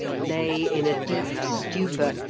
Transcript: lay, in a deep stupor,